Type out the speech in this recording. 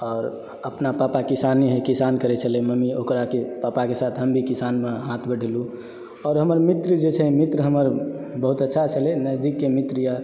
आओर अपना पापा किसाने है किसान करै छलै मम्मी ओकरा पापाके साथ हम भी किसानमे हाथ बटेलहुँ आओर हमर मित्र जे छै मित्र हमर बहुत अच्छा छलै नजदीकके मित्र यऽ